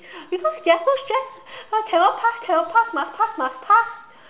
because they are so stressed cannot pass cannot pass must pass must pass